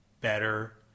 better